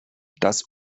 das